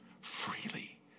freely